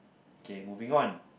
K moving on